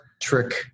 trick